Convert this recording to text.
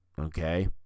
Okay